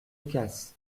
casse